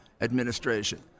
administration